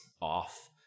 off